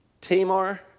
Tamar